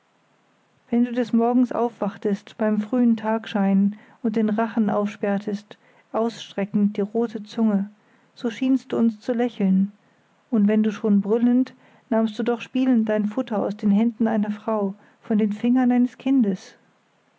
wenn du des morgens aufwachtest beim frühen tagschein und den rachen aufsperrtest ausstreckend die rote zunge so schienst du uns zu lächeln und wenn schon brüllend nahmst du doch spielend dein futter aus den händen einer frau von den fingern eines kindes